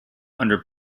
under